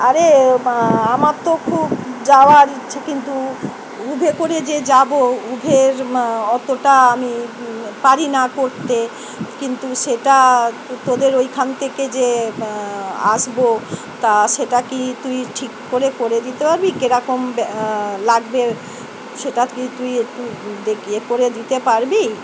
আরে আমার তো খুব যাওয়ার ইচ্ছা কিন্তু উবের করে যে যাবো উবের অতটা আমি পারি না করতে কিন্তু সেটা তোদের ওইখান থেকে যে আসবো তা সেটা কি তুই ঠিক করে করে দিতে পারবি কিরকম লাগবে সেটা কি তুই একটু ইয়ে করে দিতে পারবি